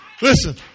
listen